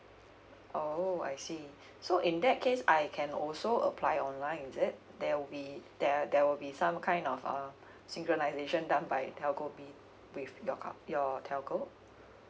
oh I see so in that case I can also apply online is it there will be there there will be some kind of uh synchronisation done by telco B with your co~ your telco